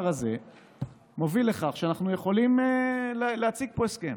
דווקא הדבר הזה מוביל לכך שאנחנו יכולים להציג פה הסכם,